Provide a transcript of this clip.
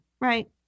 right